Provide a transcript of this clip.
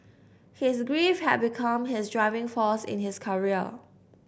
his grief had become his driving force in his career